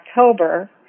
October